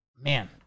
Man